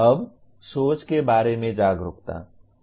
अब सोच के बारे में जागरूकता